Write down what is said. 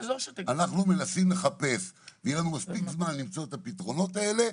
אנחנו מנסים לחפש ויהיה לנו מספיק זמן למצוא את הפתרונות האלה,